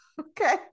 okay